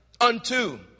unto